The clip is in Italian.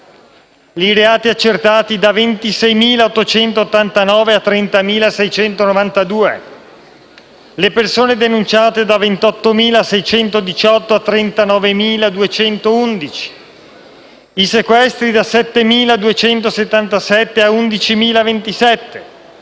i reati accertati da 26.889 a 30.692; le persone denunciate da 28.618 a 39.211; i sequestri da 7.277 a 11.027.